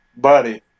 buddy